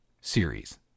series